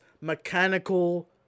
mechanical